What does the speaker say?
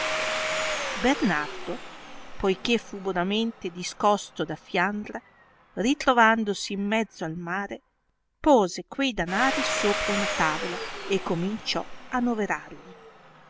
bernardo poiché fu bonamente discosto da fiandra ritrovandosi in mezzo al mare pose quei danari sopra una tavola e cominciò a noverargli i